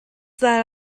that